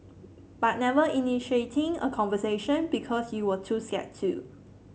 but never initiating a conversation because you were too scared to